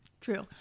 true